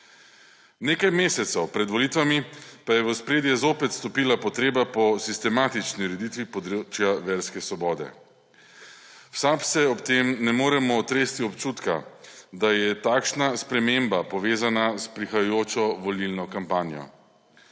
Nekaj mesecev pred volitvami pa je v ospredje zopet stopila potreba po sistematični ureditvi področja verske svobode. V SAB se ob tem ne moremo otresti občutka, da je takšna sprememba povezana s prihajajočo volilno kampanjo.